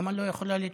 למה לא יכולה להתייחס?